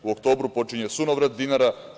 U oktobru počinje sunovrat dinara.